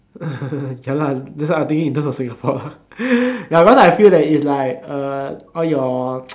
ya lah that's why I thinking in terms of Singapore lah ya cause I feel that it's like uh all your